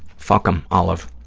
fuck them, olive.